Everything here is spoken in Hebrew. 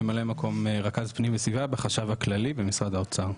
ממלא מקום רכז פנים וסביבה בחשב הכללי במשרד האוצר.